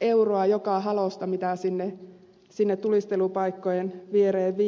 euroa joka halosta mitä sinne tulistelupaikkojen viereen viedään